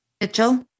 Mitchell